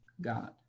God